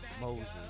Moses